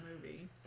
movie